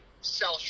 sell